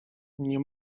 nie